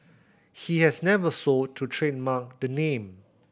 he has never sought to trademark the name